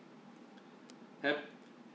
hap~